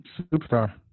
Superstar